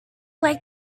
like